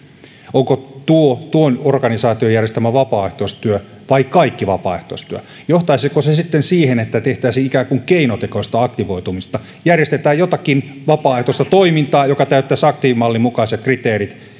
onko se tuon organisaation järjestämä vapaaehtoistyö vai kaikki vapaaehtoistyö johtaisiko se sitten siihen että tehtäisiin ikään kuin keinotekoista aktivoitumista järjestettäisiin jotakin vapaaehtoista toimintaa joka täyttäisi aktiivimallin mukaiset kriteerit tämä on